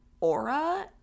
aura